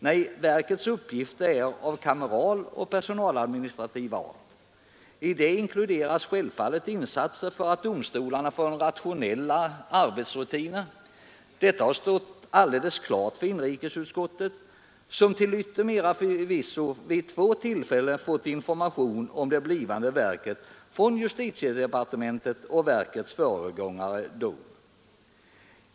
Nej, verkets uppgifter är av kameral och personaladministrativ art. I detta inkluderas självfallet insatser för att domstolar får rationella arbetsrutiner. Detta har stått alldeles klart för inrikesutskottet, som till yttermera visso vid två tillfällen fått information om det blivande verket från justitiedepartementet och verkets föregångare, DON.